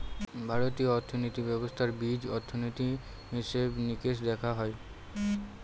ভারতীয় অর্থনীতি ব্যবস্থার বীজ অর্থনীতি, হিসেব নিকেশ দেখা হয়